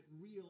real